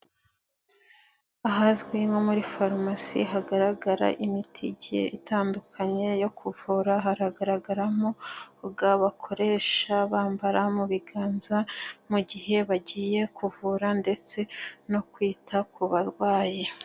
Ahazwi nko muri farumasi hagaragara imiti igiye itandukanye yo kuvura, haragaragaramo ga bakoresha bambara mu biganza mu gihe bagiye kuvura ndetse no kwita ku barwayi.